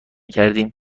کردیم